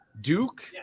Duke